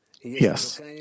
Yes